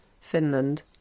Finland